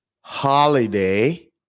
holiday